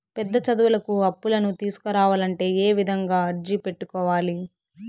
పెద్ద చదువులకు అప్పులను తీసుకోవాలంటే ఏ విధంగా అర్జీ పెట్టుకోవాలి?